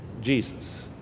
Jesus